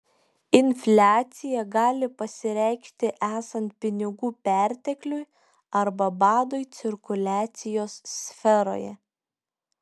infliacija gali pasireikšti esant pinigų pertekliui arba badui cirkuliacijos sferoje